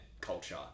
culture